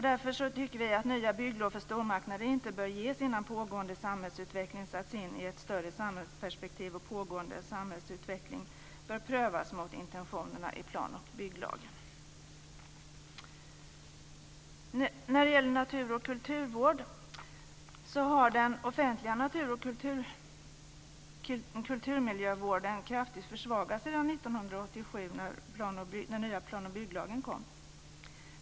Därför tycker vi att nya bygglov för stormarknader inte bör ges innan pågående samhällsutveckling satts in i ett större samhällsperspektiv, och pågående samhällsutveckling bör prövas mot intentionerna i plan och bygglagen. Den offentliga natur och kulturmiljövården har kraftigt försvagats sedan 1987 när den nya plan och bygglagen kom.